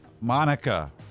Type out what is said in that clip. Monica